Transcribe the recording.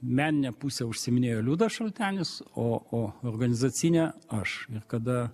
menine puse užsiiminėjo liudas šaltenis o o organizacine aš ir kada